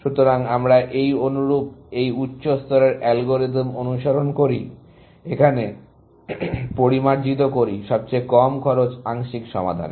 সুতরাং আমরা এই অনুরূপ এই উচ্চ স্তরের অ্যালগরিদম অনুসরণ করি এখানে পরিমার্জিত করি সবচেয়ে কম খরচ আংশিক সমাধান